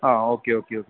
ആ okay okay okay